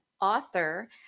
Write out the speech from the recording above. author